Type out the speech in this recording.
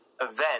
event